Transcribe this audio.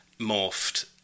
morphed